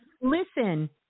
Listen